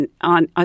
On